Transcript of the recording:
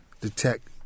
detect